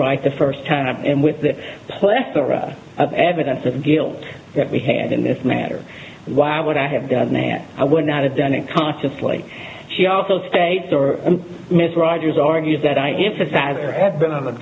right the first time and with the plethora of evidence of guilt that we had in this matter why would i have done that i would not have done it consciously she also states or ms rogers argues that i emphasize or have been an